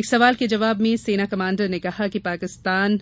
एक सवाल के जवाब में सेना कमांडर ने कहा कि पाकिस्तान